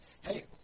hey